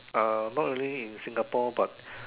uh not really in Singapore but